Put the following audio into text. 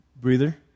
Breather